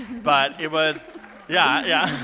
but it was yeah, yeah.